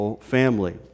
Family